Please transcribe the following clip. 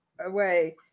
away